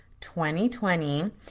2020